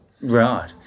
Right